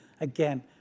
again